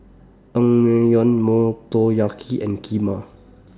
Naengmyeon Motoyaki and Kheema